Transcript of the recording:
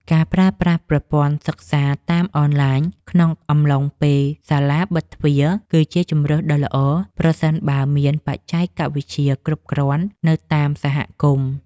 ការប្រើប្រាស់ប្រព័ន្ធសិក្សាតាមអនឡាញក្នុងអំឡុងពេលសាលាបិទទ្វារ គឺជាជម្រើសដ៏ល្អប្រសិនបើមានបច្ចេកវិទ្យាគ្រប់គ្រាន់នៅតាមសហគមន៍។